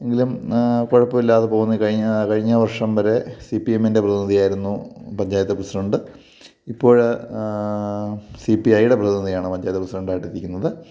എങ്കിലും കുഴപ്പമില്ലാതെ പോകുന്നു കഴിഞ്ഞ കഴിഞ്ഞവർഷം വരെ സി പി എമ്മിൻ്റെ പ്രതിനിധിയായിരുന്നു പഞ്ചായത്ത് പ്രസിഡൻ്റ് ഇപ്പോൾ സി പി ഐയുടെ പ്രതിനിധിയാണ് പഞ്ചായത്ത് പ്രസിഡൻ്റായിട്ട് ഇരിക്കുന്നത്